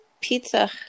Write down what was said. Pizza